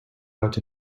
out